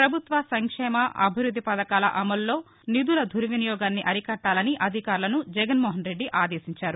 ప్రభుత్వ సంక్షేమ అభివృద్ది పథకాల అమలులో నిధుల దుర్వినియోగాన్ని అరికట్టాలని అధికారులను జగన్మోహన్ రెడ్డి ఆదేశించారు